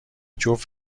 جفت